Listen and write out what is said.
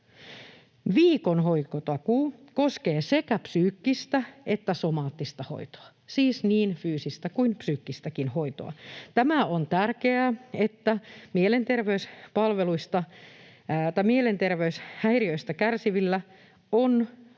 Viikon hoitotakuu koskee sekä psyykkistä että somaattista hoitoa, siis niin fyysistä kuin psyykkistäkin hoitoa. Tämä on tärkeää, koska mielenterveyshäiriöistä kärsivillä on